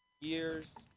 years